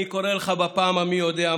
אני קורא לך בפעם המי-יודע-כמה: